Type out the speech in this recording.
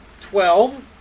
twelve